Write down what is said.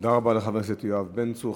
תודה רבה לחבר הכנסת יואב בן צור.